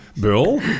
Bill